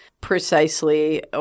precisely